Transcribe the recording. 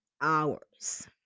hours